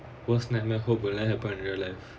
worst nightmare hope will not happen in real life